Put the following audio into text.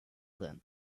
then